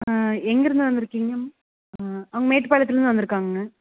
எங்கேருந்து வந்துருக்கீங்கம் அவங் மேட்டுபாளையத்துலந்து வந்து இருக்காங்கங்க